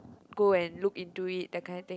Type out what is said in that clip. go and look into it that kind thing